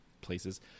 places